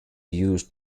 use